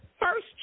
first